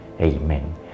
Amen